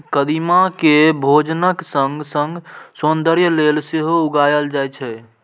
कदीमा कें भोजनक संग संग सौंदर्य लेल सेहो उगायल जाए छै